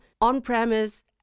on-premise